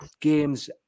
games